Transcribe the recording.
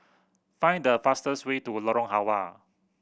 find the fastest way to Lorong Halwa